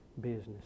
business